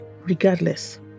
regardless